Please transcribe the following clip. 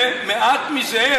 ומעט מזה,